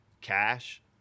cash